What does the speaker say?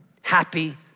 Happy